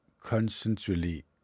constantly